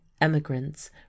Emigrants